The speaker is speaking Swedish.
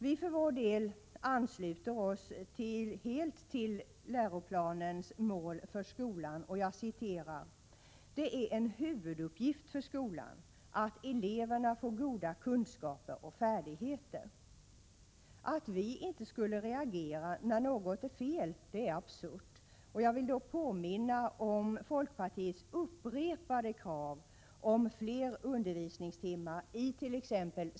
Vi för vår del ansluter oss helt till läroplanens mål för skolan: ”Det är en huvuduppgift för skolan att eleverna får goda kunskaper och färdigheter.” Att vi inte skulle reagera när något är fel är absurt. Jag vill påminna om folkpartiets upprepade krav om fler undervisningstimmar it.ex.